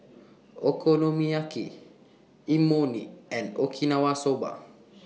Okonomiyaki Imoni and Okinawa Soba